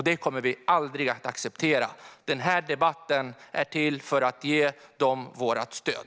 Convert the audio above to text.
Det kommer vi aldrig att acceptera. Den här debatten är till för att ge dem vårt stöd.